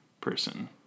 person